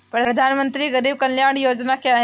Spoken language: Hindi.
प्रधानमंत्री गरीब कल्याण योजना क्या है?